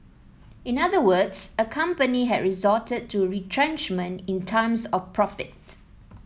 in other words a company had resorted to retrenchment in times of profit